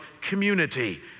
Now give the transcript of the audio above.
community